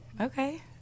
Okay